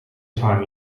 time